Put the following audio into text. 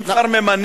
אם כבר מממנים ועדה,